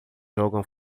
jogam